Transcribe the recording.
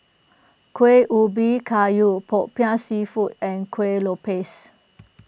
Kuih Ubi Kayu Popiah Seafood and Kueh Lopes